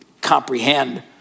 comprehend